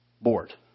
board